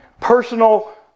personal